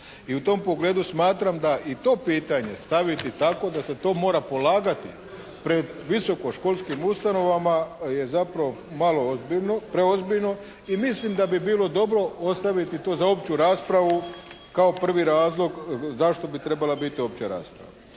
I u tom pogledu smatram da i to pitanje staviti tako da se to mora polagati pred visokoškolskim ustanovama je zapravo malo ozbiljno, preozbiljno i mislim da bi bilo dobro ostaviti to za opću raspravu kao prvi razlog zašto bi trebala biti opća rasprava?